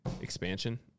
expansion